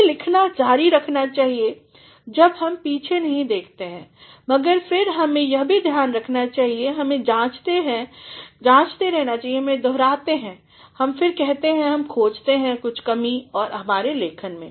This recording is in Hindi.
हमें लिखना जारी रखना चाहिए जब हम पीछे नहीं देखते हैं मगर फिर हमें यह भी ध्यान रखना चाहिए हम जांचते हैं हम दोहराते हैं हम फिर कहते हैं हम खोजते हैं कुछ कमी है हमारे लेखन में